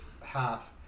half